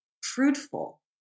fruitful